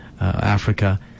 Africa